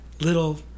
little